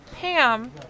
Pam